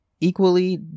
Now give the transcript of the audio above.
equally